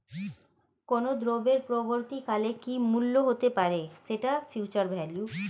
কোনো দ্রব্যের পরবর্তী কালে কি মূল্য হতে পারে, সেটা ফিউচার ভ্যালু